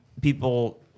people